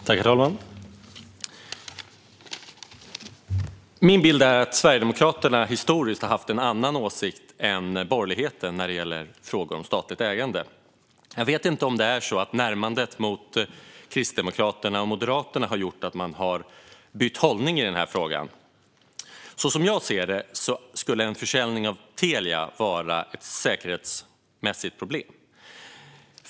Herr talman! Min bild är att Sverigedemokraterna historiskt har haft en annan åsikt än borgerligheten när det gäller frågor om statligt ägande. Jag vet inte om närmandet till Kristdemokraterna och Moderaterna har gjort att man har bytt hållning i den här frågan. Som jag ser det skulle en försäljning av Telia vara ett säkerhetsmässigt problem.